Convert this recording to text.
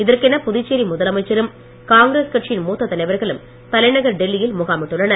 இதற்கென புதுச்சேரி முதலமைச்சரும் காங்கிரஸ் கட்சியின் மூத்த தலைவர்களும் தலைநகர் டெல்லியில் முகாமிட்டுள்ளனர்